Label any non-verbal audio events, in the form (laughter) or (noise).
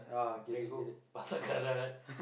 then go Pasar-Karat (laughs)